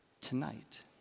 tonight